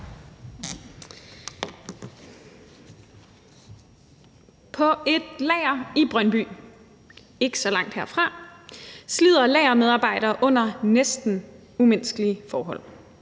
På et lager i Brøndby, ikke så langt herfra, slider lagermedarbejdere under næsten umenneskelige forhold.